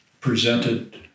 presented